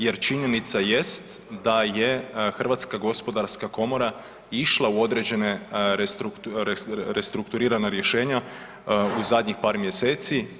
Jer činjenica jest da je Hrvatska gospodarska komora išla u određena restrukturirana rješenja u zadnjih par mjeseci.